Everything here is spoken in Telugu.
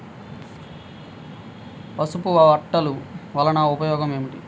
పసుపు అట్టలు వలన ఉపయోగం ఏమిటి?